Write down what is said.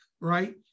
right